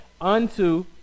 unto